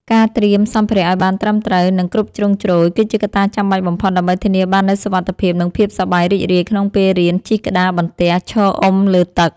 ការត្រៀមសម្ភារៈឱ្យបានត្រឹមត្រូវ និងគ្រប់ជ្រុងជ្រោយ គឺជាកត្តាចាំបាច់បំផុតដើម្បីធានាបាននូវសុវត្ថិភាព និងភាពសប្បាយរីករាយក្នុងពេលរៀនជិះក្តារបន្ទះឈរអុំលើទឹក។